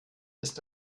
ist